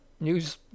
news